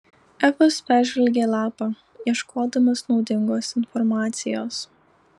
efas peržvelgė lapą ieškodamas naudingos informacijos